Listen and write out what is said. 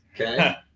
Okay